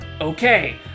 Okay